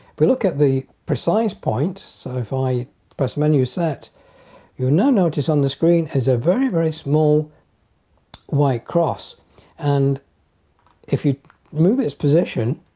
we look at the precise point so if i press menu set your now notice on the screen is a very very small white cross and if you move its position